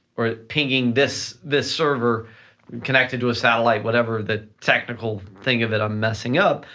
or pinging this this server connected to a satellite, whatever the technical thing of it, i'm messing up,